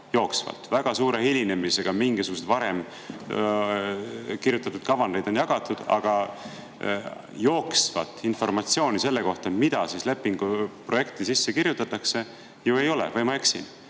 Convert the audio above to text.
jooksvalt. Väga suure hilinemisega mingisuguseid varem kirjutatud kavandeid on jagatud, aga jooksvat informatsiooni selle kohta, mida lepingu projekti sisse kirjutatakse, ei ole. Või ma eksin?